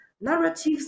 narratives